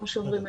כמו שאומרים,